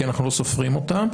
כי אנחנו לא סופרים אותם,